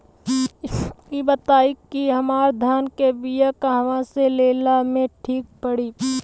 इ बताईं की हमरा धान के बिया कहवा से लेला मे ठीक पड़ी?